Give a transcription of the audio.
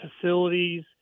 facilities